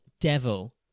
Devil